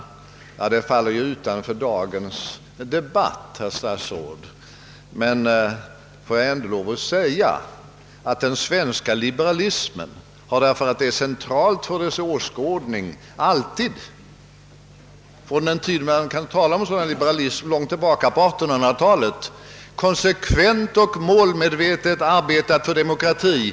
Det ämnet faller egentligen utanför dagens debatt, herr statsråd, men får jag ändå erinra om att den svenska liberalismen har — därför att det är centralt för dess åskådning — ända sedan långt tillbaka på 1800-talet då man kunde börja tala om en sådan liberalism, konsekvent och målmedvetet arbetat för demokratien.